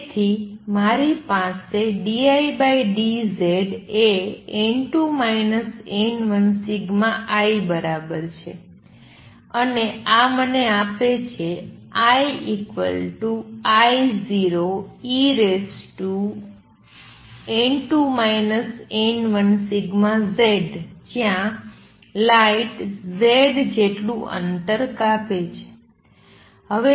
તેથી મારી પાસે dIdZ એ n2 n1σI બરાબર છે અને આ મને આપે છે I I0en2 n1σZ જ્યાં લાઇટ Z જેટલું અંતર કાપે છે